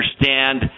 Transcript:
understand